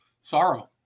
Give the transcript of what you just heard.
Sorrow